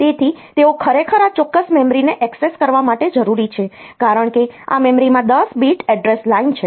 તેથી તેઓ ખરેખર આ ચોક્કસ મેમરીને એક્સેસ કરવા માટે જરૂરી છે કારણ કે આ મેમરીમાં 10 બીટ એડ્રેસ લાઇન છે